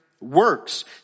works